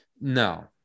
No